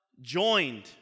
Joined